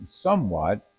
somewhat